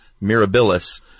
Mirabilis